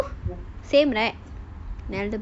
you same right